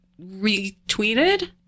retweeted